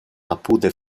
apude